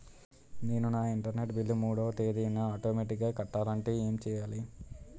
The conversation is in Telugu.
నేను నా ఇంటర్నెట్ బిల్ మూడవ తేదీన ఆటోమేటిగ్గా కట్టాలంటే ఏం చేయాలి?